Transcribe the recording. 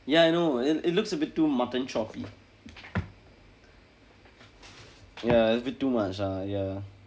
ya I know and it looks a bit too mutton choppy ya a bit too much ah ya